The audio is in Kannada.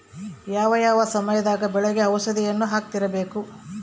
ಯಾವ ಯಾವ ಸಮಯದಾಗ ಬೆಳೆಗೆ ಔಷಧಿಯನ್ನು ಹಾಕ್ತಿರಬೇಕು?